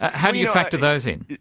how do you factor those in?